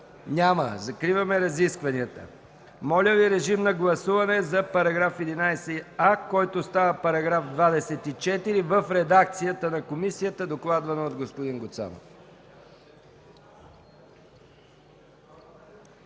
Няма. Закриваме разискванията. Моля Ви, режим на гласуване за § 11а, който става § 24, в редакцията на комисията, докладвана от господин Гуцанов.